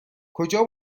کجا